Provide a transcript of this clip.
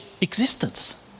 existence